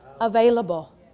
available